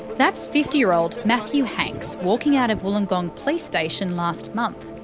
that's fifty year old matthew hanks walking out of wollongong police station last month,